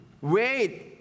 wait